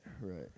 Right